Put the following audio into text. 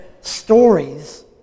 stories